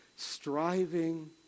Striving